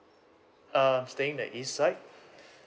err I'm staying in the east side